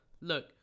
Look